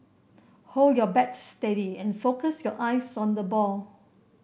hold your bat steady and focus your eyes on the ball